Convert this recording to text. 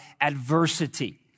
adversity